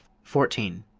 fourteen.